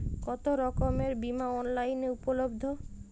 কতোরকমের বিমা অনলাইনে উপলব্ধ?